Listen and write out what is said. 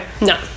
No